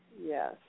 Yes